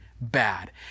bad